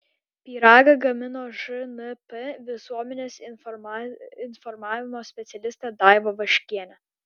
pyragą gamino žnp visuomenės informavimo specialistė daiva vaškienė